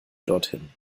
dorthin